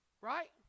Right